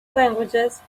languages